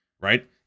right